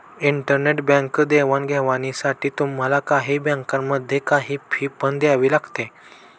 internet bank देवाणघेवाणीसाठी तुम्हाला काही बँकांमध्ये, काही फी पण द्यावी लागते